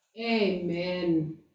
Amen